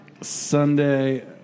Sunday